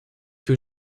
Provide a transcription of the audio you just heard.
que